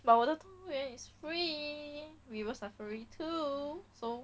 but 我的动物园 is free river safari too so